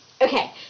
Okay